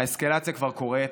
האסקלציה כבר קורית,